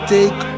Take